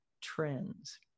trends